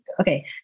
okay